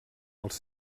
els